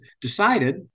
decided